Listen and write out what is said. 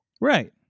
Right